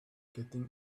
getting